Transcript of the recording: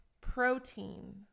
protein